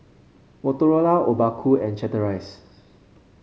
Motorola Obaku and Chateraise